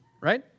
Right